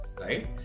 right